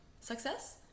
success